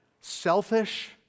selfish